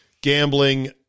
gambling